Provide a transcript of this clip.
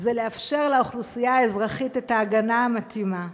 זה לאפשר לאוכלוסייה האזרחית את ההגנה המתאימה.